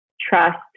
trust